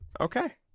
Okay